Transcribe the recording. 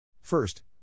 First